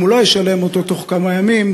אם הוא לא ישלם אותו תוך כמה ימים,